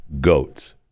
goats